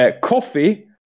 coffee